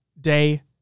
day